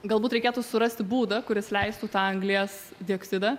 galbūt reikėtų surasti būdą kuris leistų tą anglies dioksidą